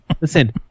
Listen